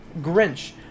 Grinch